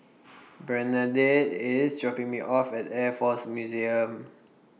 Bernadette IS dropping Me off At Air Force Museum